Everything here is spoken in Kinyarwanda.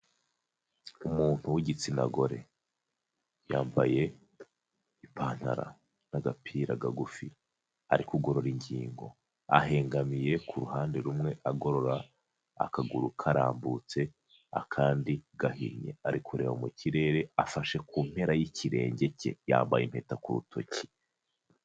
Umuntu w'igitsina gore, yambaye ipantara n'agapira kagufi ari kugorora ingingo, ahengamiye ku ruhande rumwe agorora akaguru karambutse akandi gahinnye ari kureba mu kirere afashe ku mpera y'ikirenge cye, yambaye impeta ku rutoki.